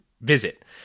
visit